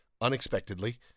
unexpectedly